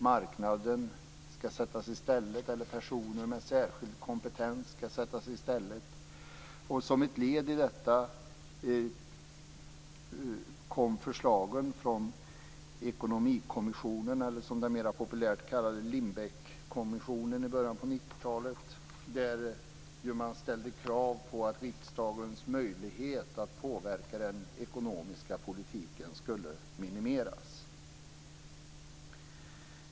Marknaden eller personer med särskild kompetens skall sättas i stället. Ett led i detta var när Ekonomikommissionen, eller Lindbeckkommissionen som den mer populärt kallas, i början av 90-talet ställde kravet att riksdagens möjlighet att påverka den ekonomiska politiken skulle minimeras.